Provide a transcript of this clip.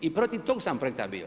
I protiv tog sam projekta bio.